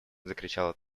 закричала